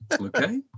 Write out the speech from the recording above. Okay